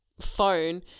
phone